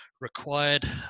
required